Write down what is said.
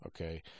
okay